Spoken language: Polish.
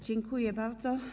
Dziękuję bardzo.